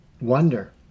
Wonder